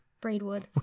Braidwood